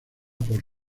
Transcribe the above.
por